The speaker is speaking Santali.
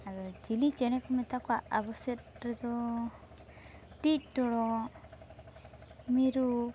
ᱟᱫᱚ ᱪᱤᱞᱤ ᱪᱮᱬᱮ ᱠᱚ ᱢᱮᱛᱟ ᱠᱚᱣᱟ ᱟᱵᱚᱥᱮᱫ ᱨᱮᱫᱚ ᱴᱤᱜ ᱴᱚᱲᱚᱜ ᱢᱤᱨᱩ